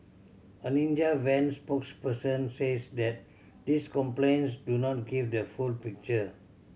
a Ninja Van spokesperson says that these complaints do not give the full picture